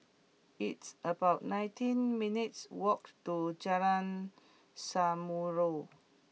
it's about nineteen minutes' walk to Jalan Samulun